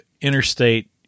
interstate